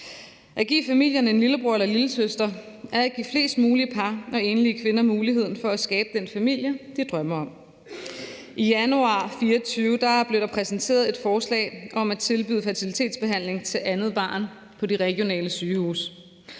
At give familien en lillebror eller en lillesøsterer at giveflest mulige par og enlige kvinder muligheden for at skabe den familie, de drømmer om. I januar 2024 blev der præsenteret et forslag om at tilbyde fertilitetsbehandling til andet barn på de regionale sygehuse.